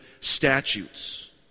statutes